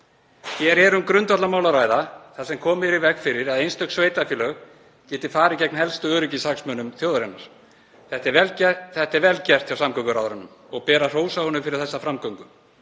Hér er um grundvallarmál að ræða þar sem komið er í veg fyrir að einstök sveitarfélög geti farið gegn helstu öryggishagsmunum þjóðarinnar. Þetta er vel gert hjá hæstv. samgönguráðherra og ber að hrósa honum fyrir þessa framgöngu.